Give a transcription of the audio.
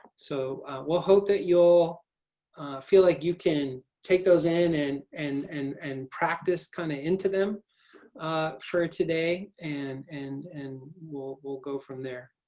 so we'll hope that you'll feel like you can take those in and and and and practice kind of into them for today. and and and we'll we'll go from there.